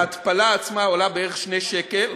ההתפלה עצמה עולה בערך 2 שקל,